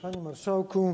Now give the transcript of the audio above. Panie Marszałku!